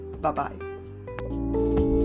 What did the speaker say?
Bye-bye